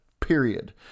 period